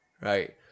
right